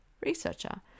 researcher